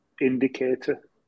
indicator